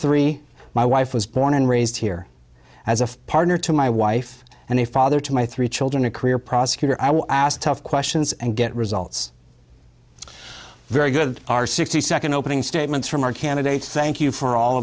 three my wife was born and raised here as a partner to my wife and a father to my three children a career prosecutor i will ask tough questions and get results very good are sixty second opening statements from our candidates thank you for all